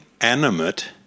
animate